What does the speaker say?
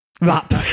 rap